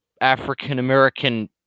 African-American